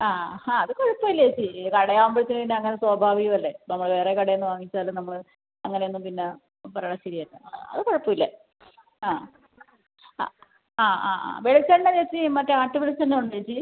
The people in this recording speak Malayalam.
ആ ഹാ അത് കുഴപ്പമില്ല ചേച്ചി കട ആവുമ്പോഴത്തേന് പിന്നെ അങ്ങനെ സ്വാഭാവികമല്ലേ നമ്മൾ വേറെ കടയിൽ നിന്ന് വാങ്ങിച്ചാലും നമ്മൾ അങ്ങനെ ഒന്നും പിന്ന പറയുന്നത് ശരിയല്ല അത് കുഴപ്പമില്ല ആ ആ ആ ആ ആ വെളിച്ചെണ്ണ ചേച്ചി മറ്റേ ആട്ടിയ വെളിച്ചെണ്ണ ഉണ്ടോ ചേച്ചി